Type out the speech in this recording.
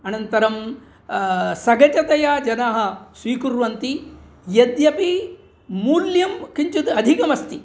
अनन्तरं सहजतया जनाः स्वीकुर्वन्ति यद्यपि मूल्यं किञ्चित् अधिकमस्ति